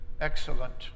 excellent